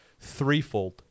threefold